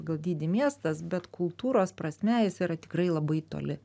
pagal dydį miestas bet kultūros prasme jis yra tikrai labai toli